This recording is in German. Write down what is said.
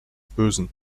bösen